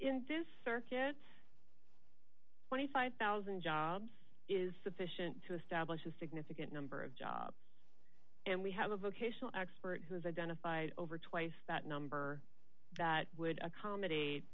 in this circuit twenty five thousand jobs is sufficient to establish a significant number of jobs and we have a vocational expert who is identified over twice that number that would accommodate